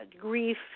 grief